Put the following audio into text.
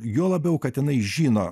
juo labiau kad jinai žino